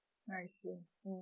I see mm